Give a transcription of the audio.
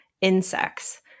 insects